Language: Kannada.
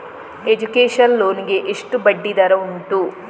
ಎಜುಕೇಶನ್ ಲೋನ್ ಗೆ ಎಷ್ಟು ಬಡ್ಡಿ ದರ ಉಂಟು?